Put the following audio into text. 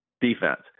defense